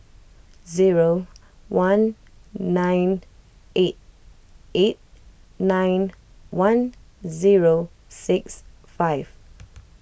zero one nine eight eight nine one zero six five